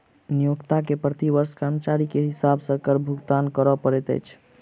नियोक्ता के प्रति वर्ष कर्मचारी के हिसाब सॅ कर भुगतान कर पड़ैत अछि